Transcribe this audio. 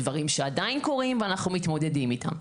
דברים שעדיין קורים ואנחנו מתמודדים איתם.